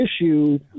issue